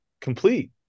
complete